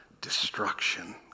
Destruction